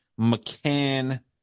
McCann